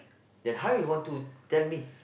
then how you want to tell me